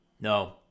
no